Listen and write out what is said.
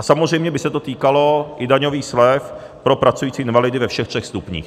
Samozřejmě by se to týkalo i daňových slev pro pracující invalidy ve všech třech stupních.